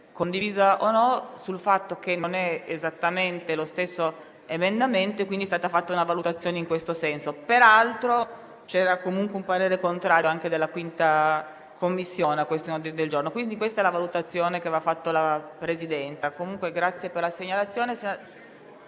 condivisa o meno, sul fatto che non è esattamente lo stesso emendamento, per cui è stata fatta una valutazione in questo senso. Peraltro, c'era comunque un parere contrario anche della 5a Commissione su tale emendamento. Questa è la valutazione che aveva fatto la Presidenza. In ogni caso, la ringrazio per la segnalazione.